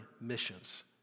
missions